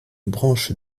branche